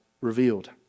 revealed